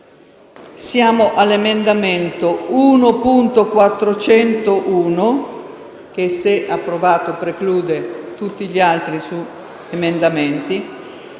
ora l'emendamento 1.401 che, se approvato, preclude tutti gli altri emendamenti.